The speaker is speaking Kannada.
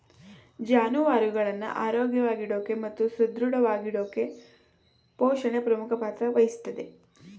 ಜಾನುವಾರುಗಳನ್ನ ಆರೋಗ್ಯವಾಗಿಡೋಕೆ ಮತ್ತು ಸದೃಢವಾಗಿಡೋಕೆಪೋಷಣೆ ಪ್ರಮುಖ ಪಾತ್ರ ವಹಿಸ್ತದೆ